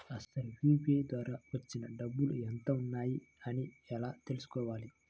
అసలు యూ.పీ.ఐ ద్వార వచ్చిన డబ్బులు ఎంత వున్నాయి అని ఎలా తెలుసుకోవాలి?